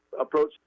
approach